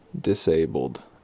disabled